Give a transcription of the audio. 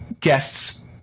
guests